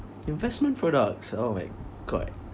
investment products oh my god